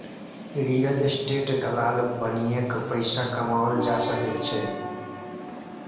real estate दलाल बनिकए पैसा कमाओल जा सकैत छै